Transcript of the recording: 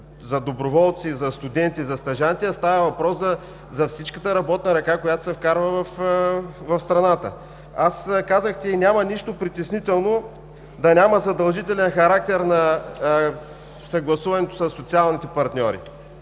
за доброволци, и за студенти, и за стажанти, а става въпрос за всичката работна ръка, която се вкарва в страната. Казахте и няма нищо притеснително да няма задължителен характер на съгласуването със социалните партньори.